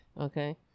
okay